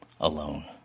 alone